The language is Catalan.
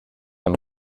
amb